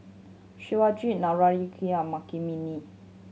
Shivaji Naraina